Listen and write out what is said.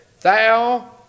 Thou